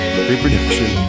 Reproduction